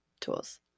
tools